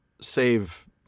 save